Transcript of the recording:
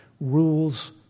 rules